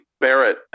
Barrett